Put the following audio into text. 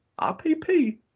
RPP